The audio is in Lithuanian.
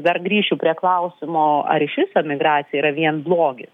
dar grįšiu prie klausimo ar išvis emigracija yra vien blogis